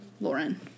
Lauren